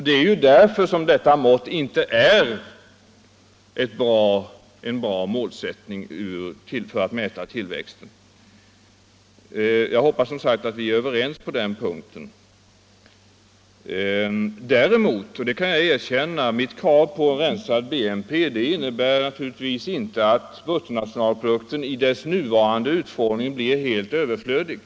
Det är därför som denna inte är någon bra måttstock för att mäta tillväxten. Jag kan däremot erkänna att mitt krav på en rensad BNP naturligtvis inte innebär att bruttonationalprodukten i dess nuvarande utformning blir helt överflödig.